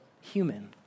human